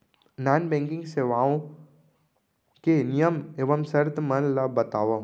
non banking सेवाओं के नियम एवं शर्त मन ला बतावव